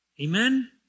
Amen